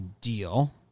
deal